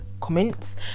comments